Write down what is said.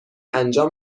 انجام